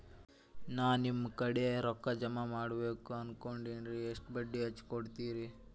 ನಾ ನಿಮ್ಮ ಕಡೆ ರೊಕ್ಕ ಜಮಾ ಮಾಡಬೇಕು ಅನ್ಕೊಂಡೆನ್ರಿ, ಎಷ್ಟು ಬಡ್ಡಿ ಹಚ್ಚಿಕೊಡುತ್ತೇರಿ?